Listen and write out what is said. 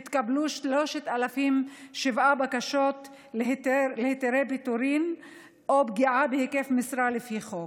התקבלו 3,007 בקשות להיתרי פיטורים או פגיעה בהיקף משרה לפי החוק.